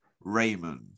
Raymond